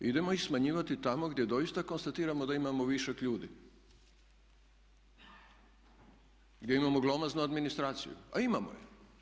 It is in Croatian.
Idemo ih smanjivati tamo gdje doista konstatiramo da imao višak ljudi, gdje imamo glomaznu administraciju a imamo je.